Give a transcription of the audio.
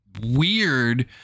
weird